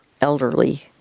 elderly